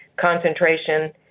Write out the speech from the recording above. concentration